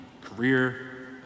career